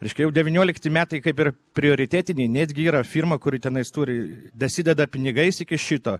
reiškia jau devyniolikti metai kaip ir prioritetiniai netgi yra firma kuri tenais turi dasideda pinigais iki šito